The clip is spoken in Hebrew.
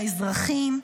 לאזרחים.